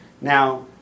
Now